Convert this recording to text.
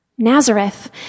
Nazareth